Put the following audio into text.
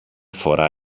φορά